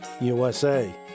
USA